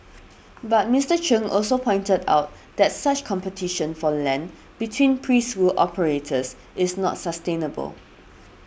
but Mister Chung also pointed out that such competition for land between preschool operators is not sustainable